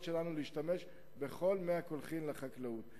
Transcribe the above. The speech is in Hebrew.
שלנו להשתמש בכל מי הקולחין לחקלאות.